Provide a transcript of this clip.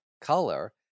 color